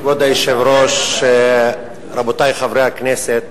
כבוד היושב-ראש, רבותי חברי הכנסת,